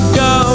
go